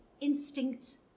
instinct